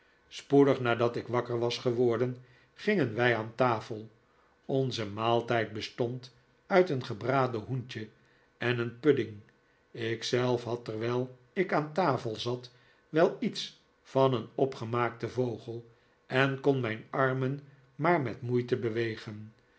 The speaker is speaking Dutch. spoedig nadat ik wakker was geworden gingen wij aan tafel onze maaltijd bestond uit een gebraden hoentje en een pudding ik zelf had terwijl ik aan tafel zat wel iets van een opgemaakten vogel en kon mijn armen maar met moeite bewegen